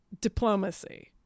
diplomacy